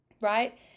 right